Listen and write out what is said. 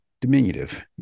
diminutive